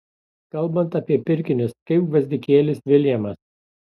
kalbant apie pirkinius kaip gvazdikėlis viljamas